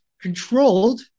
controlled